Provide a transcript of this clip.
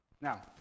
Now